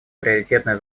приоритетная